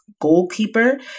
goalkeeper